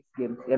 games